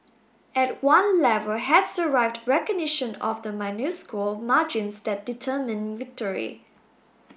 at one level has arrived recognition of the minuscule margins that determine victory